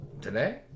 Today